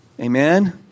Amen